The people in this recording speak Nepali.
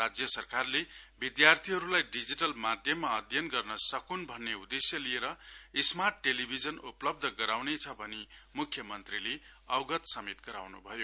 राज्य सरकारले विधार्थीहरुलाई डिजिटल माध्यममा अध्ययन गर्न सकून भन्न उदेश्य लिएर स्मार्ट टेलिभिजन उपलब्ध गराँउने भनि मुख्य मन्त्रीले अवगत गराउँनु भयो